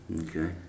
Okay